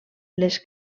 les